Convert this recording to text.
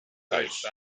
thuis